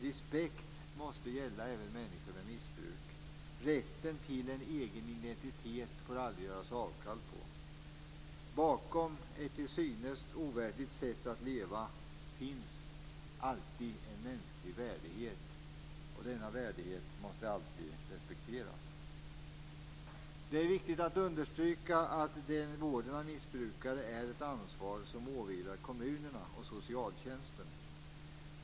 Respekt måste gälla även människor med missbruk. Vi får aldrig göra avkall på rätten till en egen identitet. Bakom ett till synes ovärdigt sätt att leva finns alltid en mänsklig värdighet. Denna värdighet måste alltid respekteras. Det är viktig att understryka att vården av missbrukare är ett ansvar som åvilar kommunerna och socialtjänsten.